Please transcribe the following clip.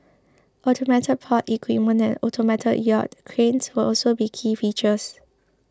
automated port equipment and automated yard cranes will also be key features